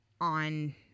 on